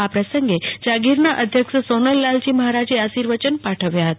આ પ્રસંગે જાગીરના અધ્યક્ષ સોનલ લાલજી મહારાજે આર્શિવચન પાઠવ્યા હતા